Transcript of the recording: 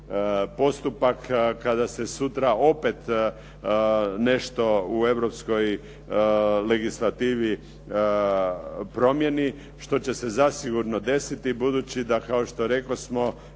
postupak kada se sutra opet nešto u europskoj legislativi promijeni, što će se zasigurno desiti budući da kao što rekosmo